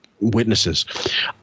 witnesses